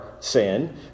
sin